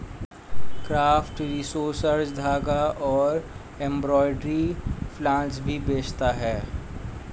craft resources धागा और embroidery floss भी बेचता है